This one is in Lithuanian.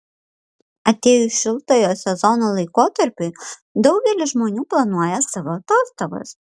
atėjus šiltojo sezono laikotarpiui daugelis žmonių planuoja savo atostogas